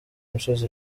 imisozi